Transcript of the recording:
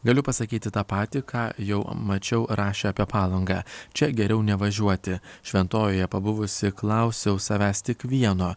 galiu pasakyti tą patį ką jau mačiau rašė apie palangą čia geriau nevažiuoti šventojoje pabuvusi klausiau savęs tik vieno